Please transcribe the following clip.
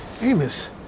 Amos